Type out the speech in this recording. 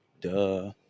Duh